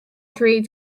tree